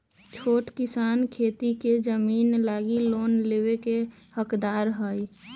कि छोट किसान खेती के जमीन लागी लोन लेवे के लायक हई?